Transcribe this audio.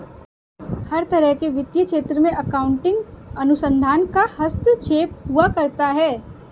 हर तरह के वित्तीय क्षेत्र में अकाउन्टिंग अनुसंधान का हस्तक्षेप हुआ करता है